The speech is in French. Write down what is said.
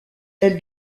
elle